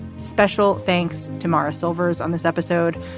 special thanks to maurice solvers on this episode.